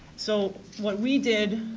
so what we did,